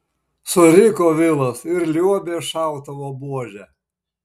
suriko vilas ir liuobė šautuvo buože